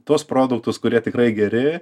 tuos produktus kurie tikrai geri